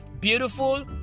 beautiful